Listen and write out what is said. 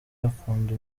akunda